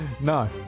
No